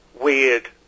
weird